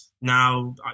Now